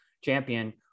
champion